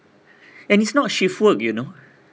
and it's not shift work you know